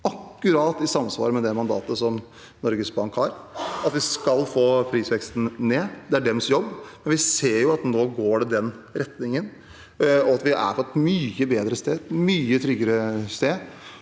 akkurat i samsvar med det mandatet som Norges Bank har: at vi skal få prisveksten ned. Det er deres jobb. Vi ser at det nå går i den retningen, at vi er på et mye bedre sted, et mye tryggere sted